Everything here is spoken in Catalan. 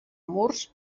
murs